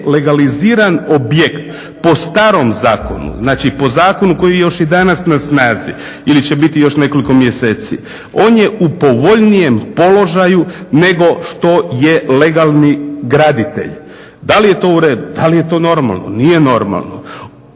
legaliziran objekt po starom zakonu, znači po zakonu koji je još i danas na snazi ili će biti još nekoliko mjeseci, on je u povoljnijem položaju nego što je legalni graditelj. Da li je to uredu? Da li je to normalno? Nije normalno.